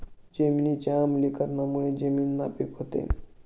जमिनीच्या आम्लीकरणामुळे जमीन नापीक होते